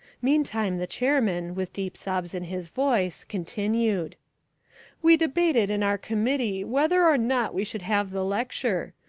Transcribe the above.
meantime the chairman, with deep sobs in his voice, continued we debated in our committee whether or not we should have the lecture.